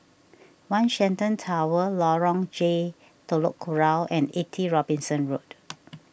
one Shenton Tower Lorong J Telok Kurau and eighty Robinson Road